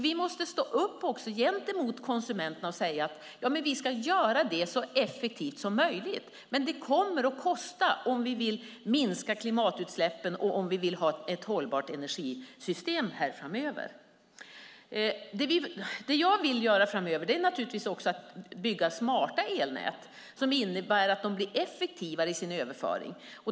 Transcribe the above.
Vi måste också stå upp gentemot konsumenterna och säga: Vi ska göra det så effektivt som möjligt, men det kommer att kosta om vi vill minska klimatutsläppen och om vi vill ha ett hållbart energisystem framöver. Det jag vill göra framöver är naturligtvis också att bygga smarta elnät som innebär att de blir effektivare i sin överföring.